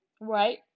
Right